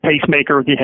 pacemaker